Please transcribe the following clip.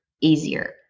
easier